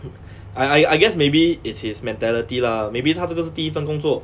I I I guess maybe it's his mentality lah maybe 他这个是第一份工作